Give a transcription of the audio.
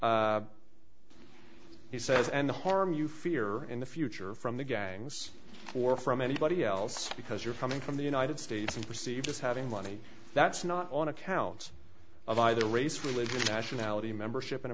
he says and the harm you fear in the future from the gangs or from anybody else because you're coming from the united states and perceived as having money that's not on account of either race religion or nationality membership